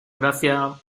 gracia